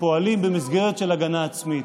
במסגרת של הגנה עצמית.